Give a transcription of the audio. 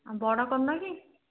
ଆଉ ବଡ଼ କରୁନ କି